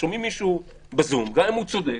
שומעים מישהו בזום, גם אם הוא צודק,